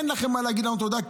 אין לכם מה להגיד לנו תודה,